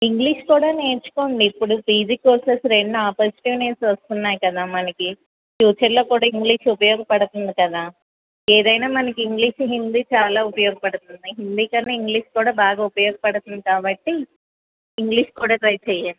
English కూడా నేర్చుకోండి ఇప్పుడు పీజి కోర్సెస్ రెండు ఆపర్చునిటీస్ వస్తున్నాయి కదా మనకి ఫ్యూచర్లో కూడా మనకి ఇంగ్లీష్ ఉపయోగపడతంది కదా ఏదైనా మనకి ఇంగ్లీష్ హిందీ చాలా ఉపయోగపడుతంది హిందీ కన్నా ఇంగ్లీష్ కూడా బాగా ఉపయోగపడుతుంది కాబట్టి ఇంగ్లీష్ కూడా ట్రై చెయ్యండి